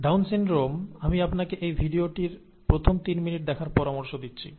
down syndrome আমি আপনাকে এই ভিডিওর প্রথম তিন মিনিট দেখার পরামর্শ দিচ্ছি